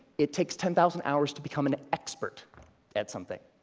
it takes ten thousand hours to become an expert at something,